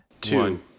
Two